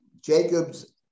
Jacob's